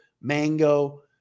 mango